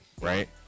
right